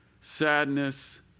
Sadness